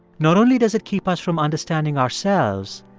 not only does it keep us from understanding ourselves,